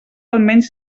almenys